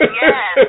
yes